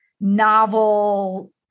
novel